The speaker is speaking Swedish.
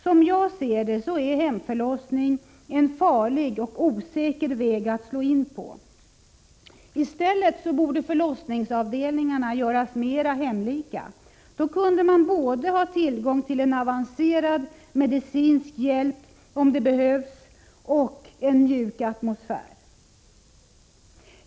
Som jag ser det är hemförlossning en farlig och osäker väg att slå in på. I stället borde förlossningsavdelningarna göras mera hemlika. Då kunde man ha både tillgång till avancerad medicinsk hjälp om det behövs och en mjuk atmosfär.